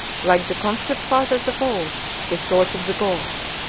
like the conscript fathers of old, the swords of the gauls.